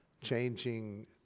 changing